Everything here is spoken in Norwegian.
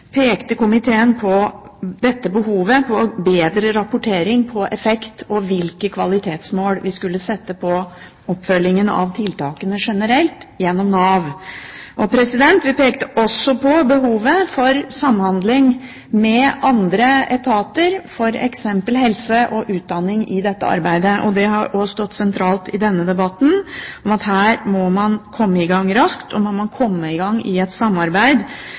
pekte komiteen på behovet for bedre rapportering på effekt og hvilke kvalitetsmål vi skulle sette på oppfølgingen av tiltakene generelt gjennom Nav. Vi pekte også på behovet for samhandling med andre etater, f.eks. helse og utdanning, i dette arbeidet. Det har også stått sentralt i denne debatten at her må man komme i gang raskt og komme i et samarbeid